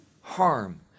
harm